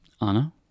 Anna